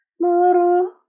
Muru